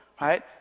right